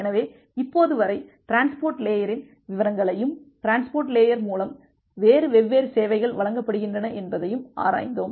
எனவே இப்போது வரை டிரான்ஸ்போர்ட் லேயரின் விவரங்களையும் டிரான்ஸ்போர்ட் லேயர் மூலம் வேறு வெவ்வேறு சேவைகள் வழங்கப்படுகின்றன என்பதையும் ஆராய்ந்தோம்